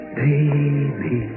baby